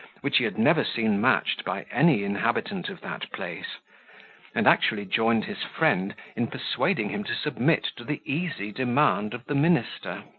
which he had never seen matched by any inhabitant of that place and actually joined his friend in persuading him to submit to the easy demand of the minister.